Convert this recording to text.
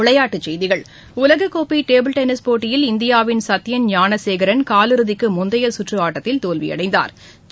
விளையாட்டுச்செய்திகள் உலகக் கோப்பை டேபிள் டென்னிஸ் போட்டியில் இந்தியாவின் சத்தியன் ஞானசேகரன் காலிறுதிக்கு முந்தைய சுற்று ஆட்டத்தில் தோல்வியடைந்தாா்